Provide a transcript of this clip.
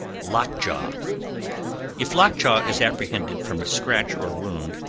lockjaw. if lock-jaw is apprehended from a scratch or wound,